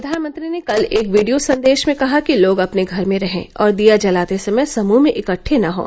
प्रधानमंत्री ने कल एक वीडियो संदेश में कहा कि लोग अपने घर में रहें और दिया जलाते समय समूह में इकट्ठे न हों